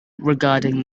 regarding